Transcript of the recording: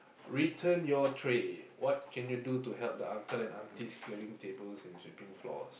return your tray what can you do to help the uncle and aunties clearing tables and sweeping floors